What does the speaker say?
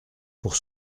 pour